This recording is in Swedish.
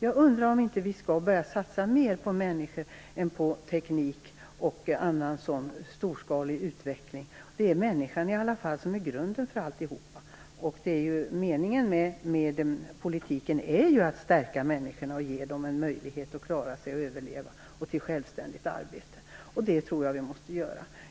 Jag undrar om vi inte skall börja satsa mer på människor än på teknik och annan storskalig utveckling. Det är i alla fall människan som är grunden för alltihop. Meningen med politiken är ju att stärka människorna och ge dem en möjlighet att klara sig - en möjlighet att överleva och en möjlighet till självständigt arbete - och det tror jag att vi måste göra.